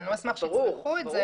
אני לא אשמח שיצרכו את זה,